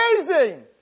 amazing